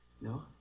No